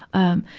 um,